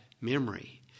memory